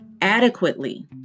adequately